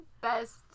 best